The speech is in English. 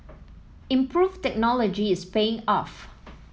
improved technology is paying off